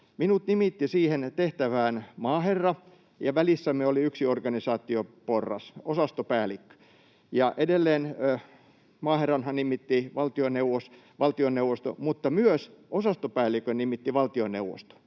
Minut nimitti siihen tehtävään maaherra, ja välissämme oli yksi organisaatioporras, osastopäällikkö, ja edelleen maaherranhan nimitti valtioneuvosto, mutta myös osastopäällikön nimitti valtioneuvosto